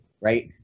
right